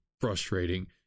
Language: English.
frustrating